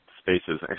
spaces